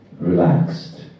relaxed